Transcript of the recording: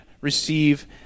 receive